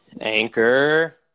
Anchor